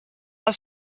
have